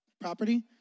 property